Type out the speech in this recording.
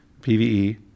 PVE